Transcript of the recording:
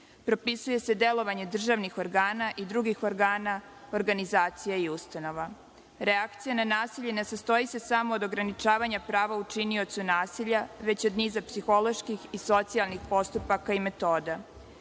Propisuje se delovanje državnih organa i drugih organa, organizacija i ustanova. Reakcija na nasilje ne sastoji se samo od ograničavanja prava učiniocu nasilja već od niza psiholoških i socijalnih postupaka i metoda.